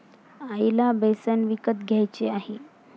आईला बेसन विकत घ्यायचे आहे